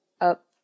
up